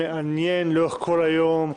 מעניין לאורך כל היום.